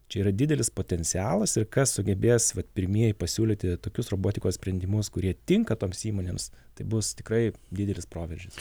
čia yra didelis potencialas ir kas sugebės vat pirmieji pasiūlyti tokius robotikos sprendimus kurie tinka toms įmonėms tai bus tikrai didelis proveržis